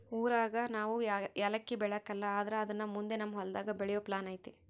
ಊರಾಗ ನಾವು ಯಾಲಕ್ಕಿ ಬೆಳೆಕಲ್ಲ ಆದ್ರ ಅದುನ್ನ ಮುಂದೆ ನಮ್ ಹೊಲದಾಗ ಬೆಳೆಯೋ ಪ್ಲಾನ್ ಐತೆ